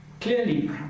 clearly